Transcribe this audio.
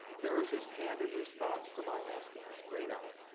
here is his candid response to my asking straight out